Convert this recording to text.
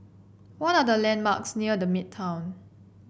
what are the landmarks near The Midtown